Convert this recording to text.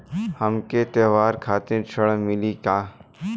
हमके त्योहार खातिर ऋण मिली का?